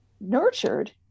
nurtured